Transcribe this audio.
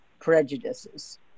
prejudices